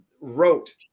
wrote